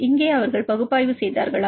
இங்கே அவர்கள் பகுப்பாய்வு செய்தார்களா